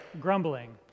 grumbling